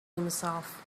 himself